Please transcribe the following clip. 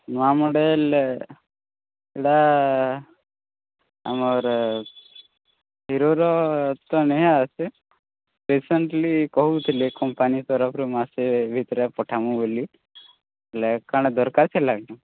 ନୂଆ ମଡ଼େଲ୍ ସେଟା ଆମର ହିରୋର ତ ନାଇଁ ଆସେ ରିସେଣ୍ଟଲି କହୁଥିଲେ କମ୍ପାନୀ ତରଫରୁ ମାସେ ଭିତରେ ପଠାମୁ ବୁଲି ହେଲେ କାଣା ଦରକାର ଥିଲା କାଏଁ